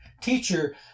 Teacher